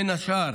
בין השאר,